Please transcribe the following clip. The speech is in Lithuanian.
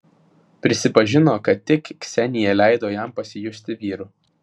prisipažino kad tik ksenija leido jam pasijusti vyru